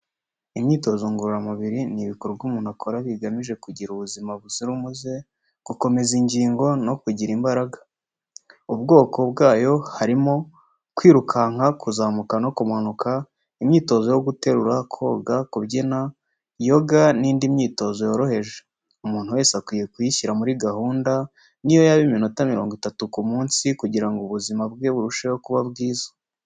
Imyitozo ngororamubiri ni ibikorwa umuntu akora bigamije kugira ubuzima buzira umuze, gukomeza ingingo no kugira imbaraga. Ubwoko bwayo harimo: kwirukanka, kuzamuka no kumanuka, imyitozo yo guterura, koga, kubyina, yoga n’indi myitozo yoroheje. Umuntu wese akwiye kuyishyira muri gahunda, ni yo yaba iminota mirongo itatu ku munsi, kugira ngo ubuzima bwe burusheho kuba bwiza.